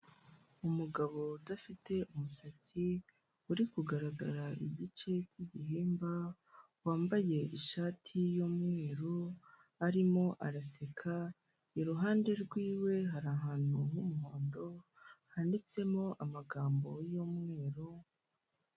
Umugabo udafite umusatsi uri kugaragara igice cy'igihimba wambaye ishati y'umweru arimo araseka, iruhande rw'iwe hari ahantu h'umuhondo handitsemo amagambo y'umweru.